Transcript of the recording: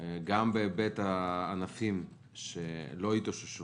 גם בהיבט הענפים שלא התאוששו